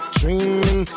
dreaming